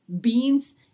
beans